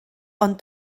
ond